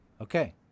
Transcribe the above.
Okay